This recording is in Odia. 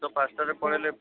ସନ୍ଧ୍ୟା ପାଞ୍ଚଟାରେ ପଳାଇଲେ